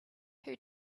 who